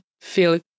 feel